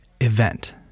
Event